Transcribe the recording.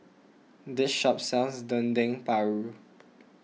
this shop sells Dendeng Paru